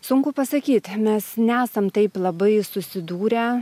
sunku pasakyti mes nesam taip labai susidūrę